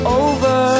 over